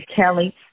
Kelly